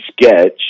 sketch